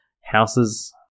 houses